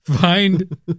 Find